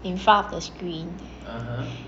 in front of the screen